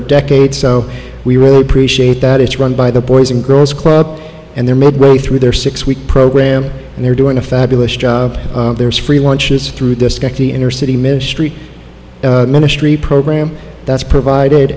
a decade so we really appreciate that it's run by the boys and girls club and their midway through their six week program and they're doing a fabulous job there's free lunches through the inner city ministry ministry program that's provided